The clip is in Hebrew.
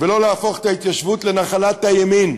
ולא להפוך את ההתיישבות לנחלת הימין.